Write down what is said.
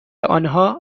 آنها